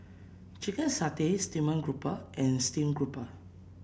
Chicken Satay Steamed Grouper and Steamed Grouper